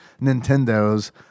Nintendo's